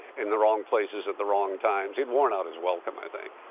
in the wrong places at the wrong times he had worn out his welcome, i think.